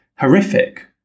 horrific